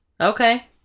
Okay